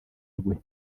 rwe